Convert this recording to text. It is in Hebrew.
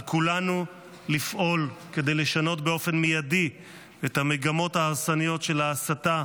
על כולנו לפעול כדי לשנות באופן מיידי את המגמות ההרסניות של ההסתה,